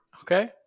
Okay